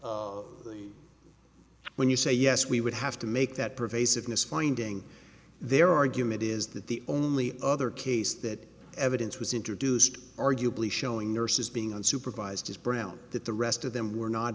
k when you say yes we would have to make that pervasiveness finding their argument is that the only other case that evidence was introduced arguably showing nurses being unsupervised as brown that the rest of them were not